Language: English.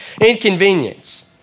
inconvenience